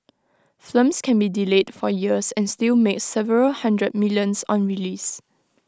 films can be delayed for years and still make several hundred millions on release